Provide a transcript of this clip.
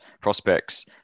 prospects